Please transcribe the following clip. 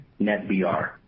NetBR